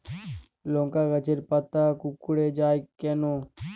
লংকা গাছের পাতা কুকড়ে যায় কেনো?